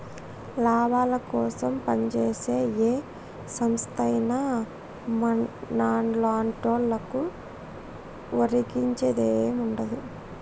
లాభాలకోసం పంజేసే ఏ సంస్థైనా మన్లాంటోళ్లకు ఒరిగించేదేముండదు